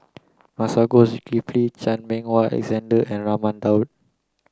Masagos Zulkifli Chan Meng Wah Alexander and Raman Daud